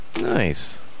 Nice